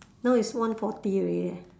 now is one forty already leh